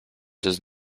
does